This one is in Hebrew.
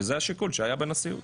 וזה השיקול שהיה בנשיאות.